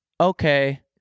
okay